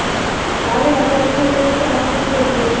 काले बाजार की अर्थव्यवस्था असूचित होती है